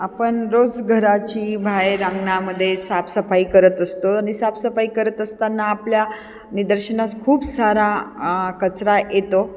आपण रोज घराची बाहेर आंगणामध्ये साफसफाई करत असतो आणि साफसफाई करत असताना आपल्या निदर्शनास खूप सारा कचरा येतो